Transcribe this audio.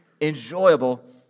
enjoyable